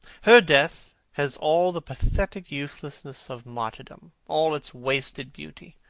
her death has all the pathetic uselessness of martyrdom, all its wasted beauty.